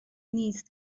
نیست